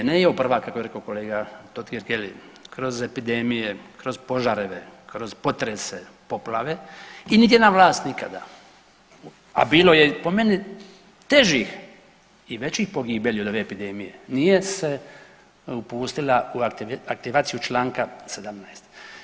Nije ovo prva kako je rekao kolega Totgergeli kroz epidemije, kroz požareve, kroz potrese, poplave i niti jedna vlast ikada, a bilo je po meni težih i većih pogibelji od ove epidemije, nije se upustila u aktivaciju čl. 17.